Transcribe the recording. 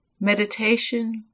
meditation